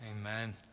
Amen